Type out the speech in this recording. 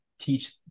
teach